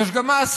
יש גם מעשים.